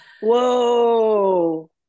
whoa